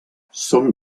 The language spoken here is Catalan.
són